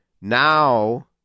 now